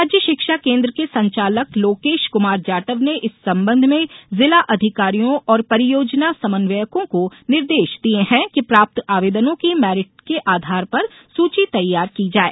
राज्य शिक्षा केन्द्र के संचालक लोकेश कुमार जाटव ने इस सबंध में जिला अधिकारियों और परियोजना समन्वयकों को निर्देश दिये है कि प्राप्त आवेदनों की मेरिट के आधार पर सूची तैयार की जाए